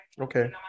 Okay